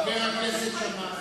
חבר הכנסת שאמה.